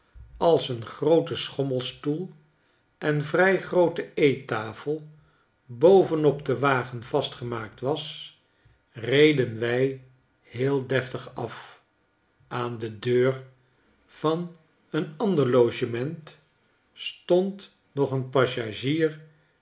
bovenop den wagen vastgemaakt was reden wij heel deftig af aan de deur van een ander logement stond nog een passagier